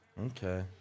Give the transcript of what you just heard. okay